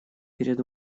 перед